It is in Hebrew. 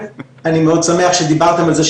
ואני מאוד שמח על זה שדיברתם על זה,